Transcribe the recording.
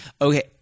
Okay